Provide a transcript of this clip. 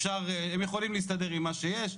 הם יכולים להסתדר עם מה שיש,